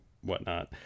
whatnot